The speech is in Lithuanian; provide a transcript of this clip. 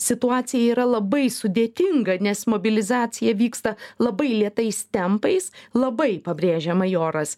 situacija yra labai sudėtinga nes mobilizacija vyksta labai lėtais tempais labai pabrėžė majoras